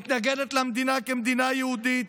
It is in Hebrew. מתנגדת למדינה כמדינה יהודית,